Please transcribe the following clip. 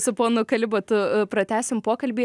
su ponu kalibatu pratęsim pokalbį